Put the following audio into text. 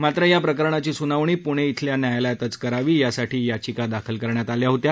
मात्र या प्रकरणाची सुनावणी प्णे इथल्या न्यायालयातच करावी यासाठी याचिका दाखल करण्यात आल्या होत्या